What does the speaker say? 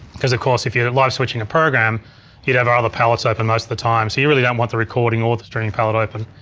cause of course if you're live switching a program you'd have other palettes open most of the time. so you really don't want the recording or the stream palette open.